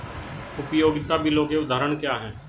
उपयोगिता बिलों के उदाहरण क्या हैं?